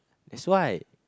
that's why